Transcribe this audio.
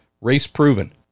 race-proven